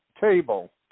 table